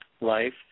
life